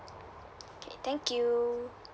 okay thank you